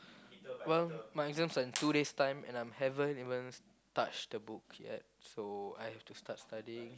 well my exams are in two days time and I'm haven't even touch the book yet so I have to start studying